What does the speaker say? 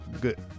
good